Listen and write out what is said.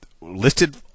listed